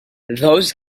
those